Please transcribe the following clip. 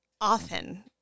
often